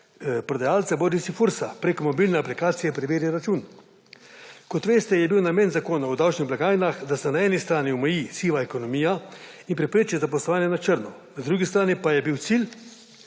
prodajalca bodisi FURS-a preko mobilne aplikacije Preveri račun. Kot veste, je bil namen Zakona o davčnih blagajnah, da se na eni strani omeji siva ekonomija in prepreči zaposlovanje na črno, na drugi strani pa je bil cilj